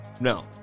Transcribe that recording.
No